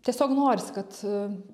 tiesiog norisi kad